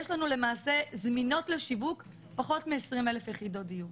יש לנו זמינות לשיווק פחות מ-20,000 יחידות דיור.